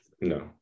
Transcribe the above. no